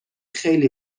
خیلی